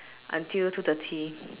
until two thirty